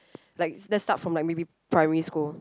like let's start from my maybe primary school